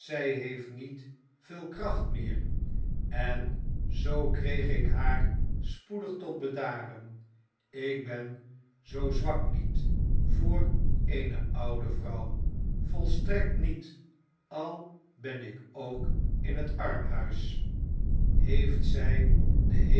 zij heeft niet veel kracht meer en zoo kreeg ik haar spoedig tot bedaren ik ben zoo zwak niet voor eene oude vrouw volstrekt niet al ben ik ook in het armhuis heeft zij den